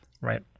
Right